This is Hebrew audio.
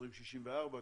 2064 ,